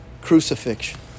crucifixion